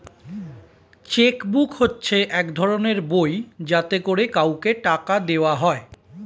check book হচ্ছে এক ধরনের বই যাতে করে কাউকে টাকা দেওয়া হয়